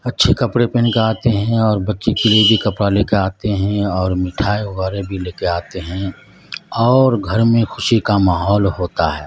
اچھے کپڑے پہن کے آتے ہیں اور بچے کے لیے بھی کپڑا لے کے آتے ہیں اور مٹھائی وغیرہ بھی لے کے آتے ہیں اور گھر میں خوشی کا ماحول ہوتا ہے